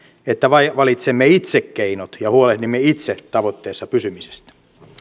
että valitsemme itse keinot ja huolehdimme itse tavoitteissa pysymisestä